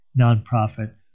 nonprofit